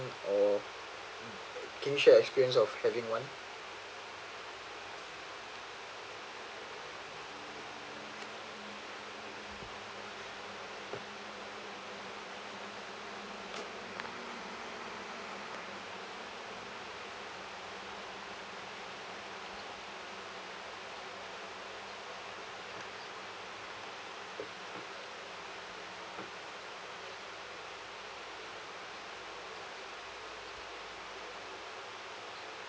or can you share your experience of having one